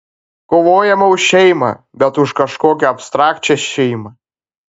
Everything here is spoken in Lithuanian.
kovojama už šeimą bet už kažkokią abstrakčią šeimą